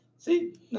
See